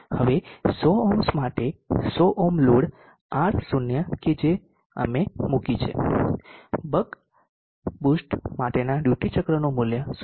હવે 100 ઓહ્મ્સ માટે 100 ohm load R0 કે જે અમે મૂકી છે બk બૂસ્ટ માટેના ડ્યુટી ચક્રનું મૂલ્ય 0